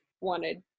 wanted